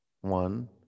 One